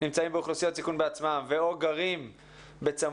נמצאים באוכלוסיות סיכון בעצמם או גרים בצמוד